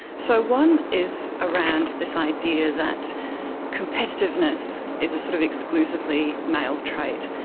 so one is around this idea that competitiveness is a sort of exclusively male trait.